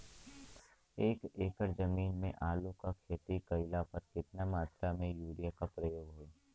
एक एकड़ जमीन में आलू क खेती कइला पर कितना मात्रा में यूरिया क प्रयोग होई?